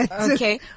Okay